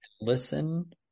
listen